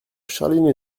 charleville